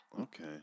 Okay